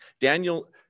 Daniel